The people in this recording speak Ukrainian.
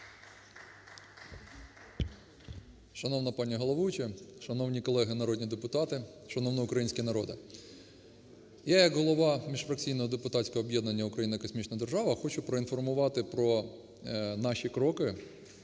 Шановна пані головуюча, шановні колеги народні депутати, шановний український народе! Я як голова міжфракційного депутатського об'єднання "Україна – космічна держава" хочу поінформувати про наші кроки